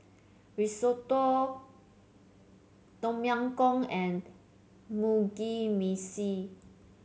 Risotto Tom Yam Goong and Mugi Meshi